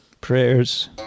prayers